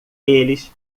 eles